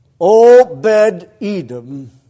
Obed-Edom